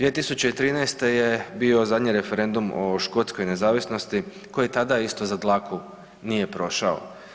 2013. je bio zadnji referendum o škotskoj nezavisnosti koji tada, isto za dlaku, nije prošao.